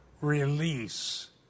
release